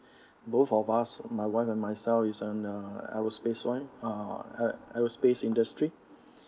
both of us my wife and myself is on err aerospace line err aerospace industry